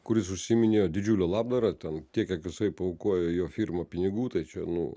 kuris užsiiminėjo didžiule labdara ten tiek kiek jisai paaukojo jo firma pinigų tai čia nu